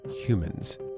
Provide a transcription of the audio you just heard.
humans